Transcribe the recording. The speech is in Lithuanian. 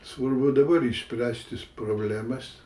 svarbu dabar išspręsti problemas